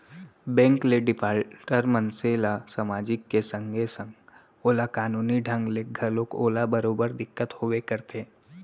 bank ले defaulter मनसे ल समाजिक के संगे संग ओला कानूनी ढंग ले घलोक ओला बरोबर दिक्कत होबे करथे